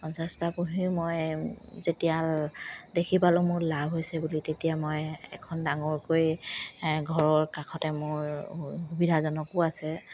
পঞ্চাছটা পুহি মই যেতিয়া দেখি পালোঁ মোৰ লাভ হৈছে বুলি তেতিয়া মই এখন ডাঙৰকৈ ঘৰৰ কাষতে মোৰ সুবিধাজনকো আছে